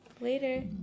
later